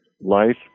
Life